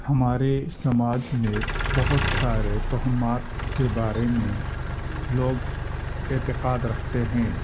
ہمارے سماج میں بہت سارے تہمات کے بارے میں لوگ اعتقاد رکھتے ہیں